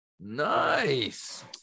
Nice